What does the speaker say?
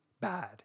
bad